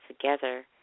together